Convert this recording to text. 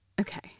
Okay